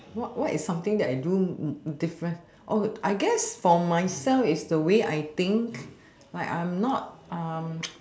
what what is something that I do is is different oh I guess for myself is the way I think like I'm not